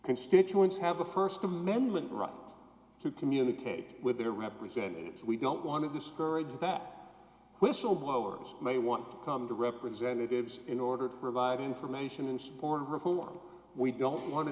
constituents have a st amendment right to communicate with their representatives we don't want to discourage that whistleblowers may want to come to representatives in order to provide information in support of reform we don't want to